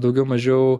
daugiau mažiau